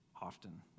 often